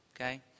Okay